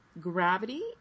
Gravity